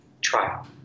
trial